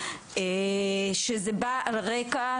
שזה בא על רקע,